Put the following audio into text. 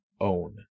own